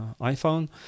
iphone